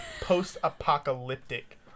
Post-apocalyptic